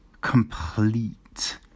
complete